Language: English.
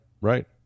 right